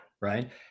right